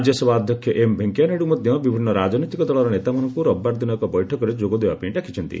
ରାଜ୍ୟସଭା ଅଧ୍ୟକ୍ଷ ଏମ୍ ଭେଙ୍କିୟା ନାଇଡୁ ମଧ୍ୟ ବିଭିନ୍ନ ରାଜନୈତିକ ଦଳର ନେତାମାନଙ୍କୁ ରବିବାର ଦିନ ଏକ ବୈଠକରେ ଯୋଗ ଦେବାପାଇଁ ଡାକିଛନ୍ତି